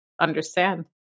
understand